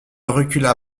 recula